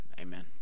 Amen